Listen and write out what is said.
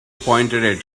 pointed